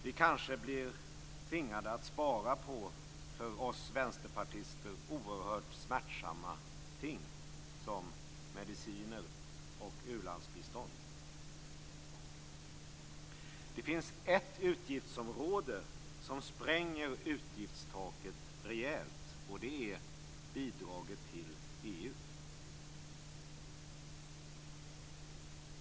Vi kanske blir tvingade att spara på för oss vänsterpartister oerhört smärtsamma ting som mediciner och ulandsbistånd. Det finns ett utgiftsområde som spränger utgiftstaket rejält, och det är bidraget till EU.